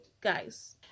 guys